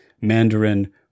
Mandarin